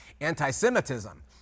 anti-Semitism